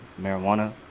marijuana